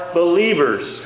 believers